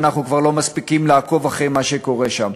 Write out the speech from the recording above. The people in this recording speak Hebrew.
ואנחנו כבר לא מספיקים לעקוב אחרי מה שקורה שם.